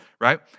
right